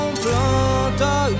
planta